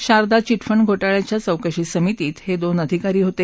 Sharda chit fund घोतळ्याच्या चौकशी समितीत हे दोन अधिकारी होते